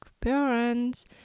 parents